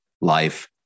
life